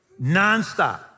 nonstop